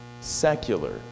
secular